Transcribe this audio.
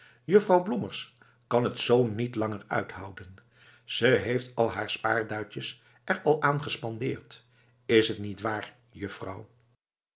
juffrouw blommers kan het z niet langer uithouden ze heeft al haar spaarduitjes er al aan gespendeerd is t niet waar juffrouw